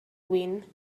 wind